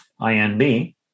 INB